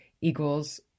equals